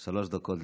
שלוש דקות לרשותך,